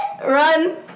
run